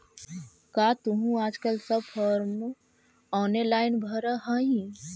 का तुहूँ आजकल सब फॉर्म ऑनेलाइन भरऽ हही?